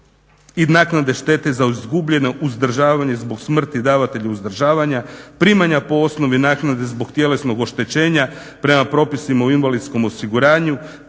i naknade štete za izgubljeno uzdržavanje zbog smrti davatelju uzdržavanja, primanja po osnovi naknade zbog tjelesnog oštećenja prema propisima o invalidskom osiguranju,